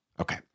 Okay